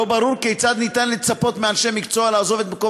לא ברור כיצד אפשר לצפות מאנשי מקצוע לעזוב את מקום